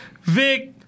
Vic